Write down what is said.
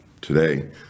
today